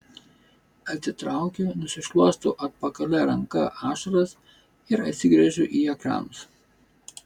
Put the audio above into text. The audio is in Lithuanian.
atsitraukiu nusišluostau atpakalia ranka ašaras ir atsigręžiu į ekranus